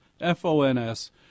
F-O-N-S